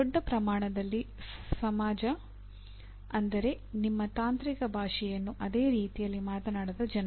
ದೊಡ್ಡ ಪ್ರಮಾಣದಲ್ಲಿ ಸಮಾಜ ಅಂದರೆ ನಿಮ್ಮ ತಾಂತ್ರಿಕ ಭಾಷೆಯನ್ನು ಅದೇ ರೀತಿಯಲ್ಲಿ ಮಾತನಾಡದ ಜನರು